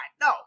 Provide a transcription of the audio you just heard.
No